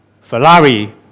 Ferrari